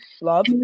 Love